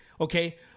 okay